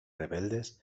rebeldes